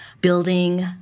Building